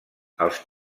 els